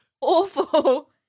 Awful